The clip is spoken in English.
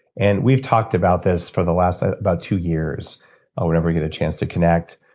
and we've talked about this for the last about two years whenever we get a chance to connect.